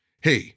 hey